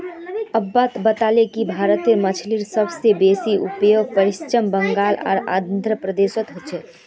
अब्बा बताले कि भारतत मछलीर सब स बेसी खपत पश्चिम बंगाल आर आंध्र प्रदेशोत हो छेक